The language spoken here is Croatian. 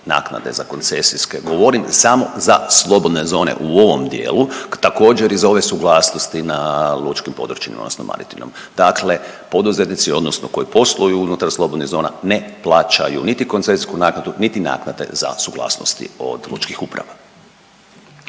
naknade za koncesijske, govorim samo za slobodne zone u ovom dijelu. Također i za ove suglasnosti na lučkim područjima odnosno maritivnom, dakle poduzetnici odnosno koji posluju unutar slobodnih zone ne plaćaju niti koncesijsku naknadu niti naknade za suglasnosti od lučkih uprava.